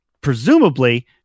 presumably